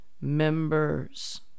members